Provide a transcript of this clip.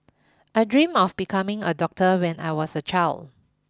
I dreamed of becoming a doctor when I was a child